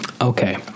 Okay